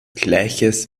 gleiches